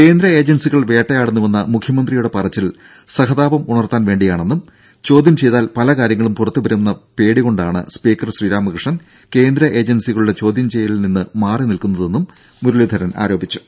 കേന്ദ്ര ഏജൻസികൾ വേട്ടയാടുന്നുവെന്ന മുഖ്യമന്ത്രിയുടെ പറച്ചിൽ സഹതാപം ഉണർത്താൻ വേണ്ടിയാണെന്നും ചോദ്യം ചെയ്താൽ പലകാര്യങ്ങളും പുറത്തുവരുമെന്ന പേടികൊണ്ടാണ് സ്പീക്കർ ശ്രീരാമകൃഷ്ണൻ കേന്ദ്ര ഏജൻസികളുടെ ചോദ്യം ചെയ്യലിൽ നിന്ന് മാറി നിൽക്കുന്നതെന്നും മുരളീധരൻ ആരോപിച്ചു